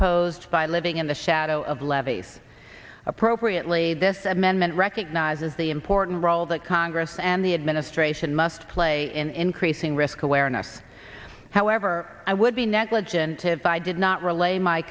posed by living in the shadow of levees appropriately this amendment recognizes the important role that congress and the administration must play in increasing risk awareness however i would be negligent if i did not relate my